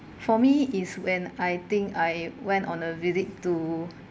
for me is when I think I went on a visit to